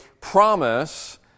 promise